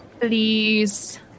please